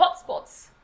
hotspots